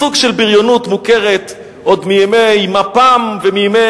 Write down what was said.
סוג של בריונות מוכרת עוד מימי מפ"ם ומימי